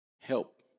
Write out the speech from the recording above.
help